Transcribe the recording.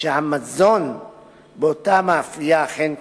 שהמזון באותה מאפייה אכן כשר,